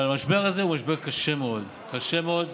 אבל המשבר הזה הוא משבר קשה מאוד, קשה מאוד.